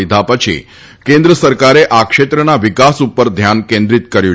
લીધા પછી કેન્દ્ર સરકારે આ ક્ષેત્રના વિકાસ ઉપર ધ્યાન કેન્દ્રીત કર્યું છે